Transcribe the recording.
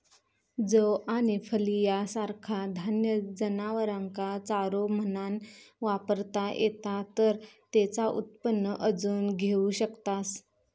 जौ आणि फलिया सारखा धान्य जनावरांका चारो म्हणान वापरता येता तर तेचा उत्पन्न अजून घेऊ शकतास